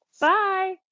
Bye